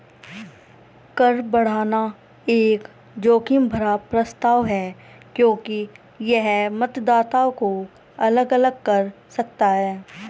कर बढ़ाना एक जोखिम भरा प्रस्ताव है क्योंकि यह मतदाताओं को अलग अलग कर सकता है